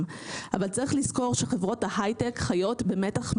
- אבל צריך לזכור שחברות ההיי-טק חיות במתח מתמיד.